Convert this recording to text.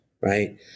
right